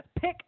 pick